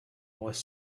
was